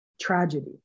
tragedy